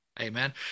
Amen